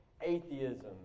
atheism